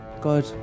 Good